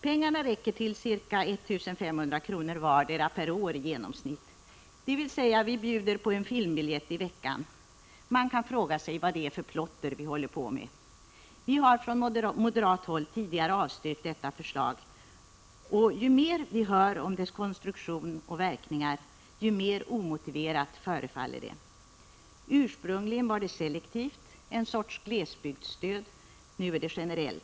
Pengarna räcker till ca 1 500 kr. vardera per år i genomsnitt, dvs. vi bjuder på en filmbiljett i veckan. Man kan fråga sig vad det är för plotter vi håller på med. Vi har från moderat håll tidigare avstyrkt detta förslag. Ju mer vi hör om dess konstruktion och verkningar, desto mer omotiverat förefaller det. Ursprungligen var det selektivt, ett sorts glesbygdsstöd, nu är det generellt.